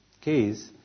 case